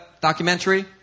documentary